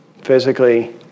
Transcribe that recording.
physically